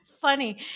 funny